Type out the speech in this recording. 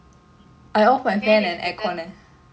அதான் பண்றேனே:athaan pandranae aircon eh